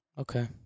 Okay